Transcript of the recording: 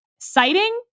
Citing